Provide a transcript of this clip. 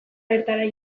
bertara